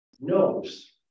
knows